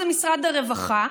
זה משרד הרווחה.